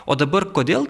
o dabar kodėl